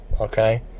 okay